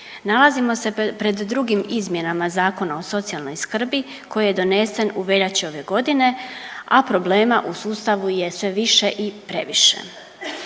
nalazimo se pred drugim izmjenama Zakona o socijalnoj skrbi koji je donesen u veljači ove godine, a problema u sustavu je sve više i previše.